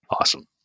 Awesome